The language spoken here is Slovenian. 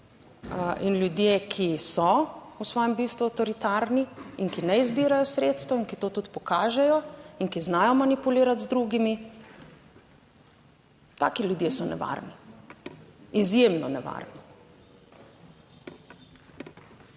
in ljudje, ki so v svojem bistvu avtoritarni in ki ne izbirajo sredstev in ki to tudi pokažejo in ki znajo manipulirati z drugimi, taki ljudje so nevarni, izjemno nevarni…